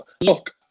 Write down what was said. Look